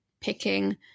picking